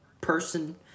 person